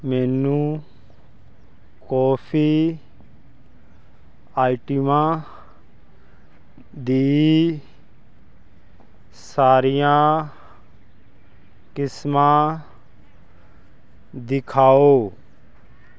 ਮੈਨੂੰ ਕੌਫੀ ਆਈਟਮਾਂ ਦੀ ਸਾਰੀਆਂ ਕਿਸਮਾਂ ਦਿਖਾਓ